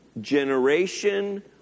generation